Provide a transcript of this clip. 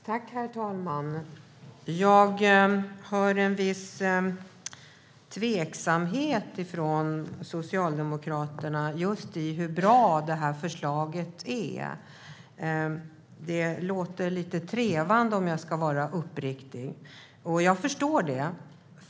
Herr talman! Jag hör en viss tveksamhet från Socialdemokraterna om hur bra förslaget är. Det låter lite trevande, om jag ska vara uppriktig. Jag förstår det.